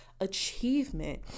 achievement